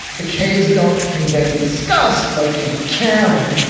the case don't convey disgust liking cameron,